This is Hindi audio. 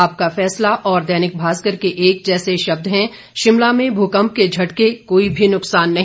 आपका फैसला और दैनिक भास्कर के एक जैसे शब्द हैं शिमला में भूकंप के झटके कोई भी नुक्सान नहीं